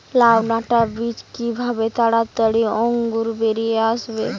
লাউ ডাটা বীজ কিভাবে তাড়াতাড়ি অঙ্কুর বেরিয়ে আসবে?